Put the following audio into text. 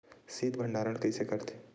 शीत भंडारण कइसे करथे?